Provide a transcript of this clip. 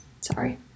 Sorry